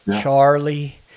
Charlie